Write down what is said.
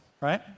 right